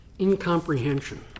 incomprehension